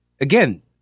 again